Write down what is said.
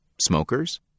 Smokers